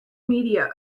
media